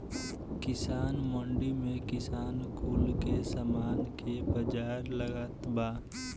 किसान मंडी में किसान कुल के सामान के बाजार लागता बा